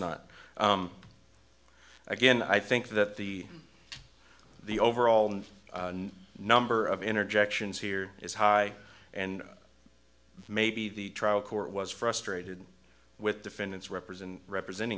not again i think that the the overall number of energy actions here is high and maybe the trial court was frustrated with defendants representing representing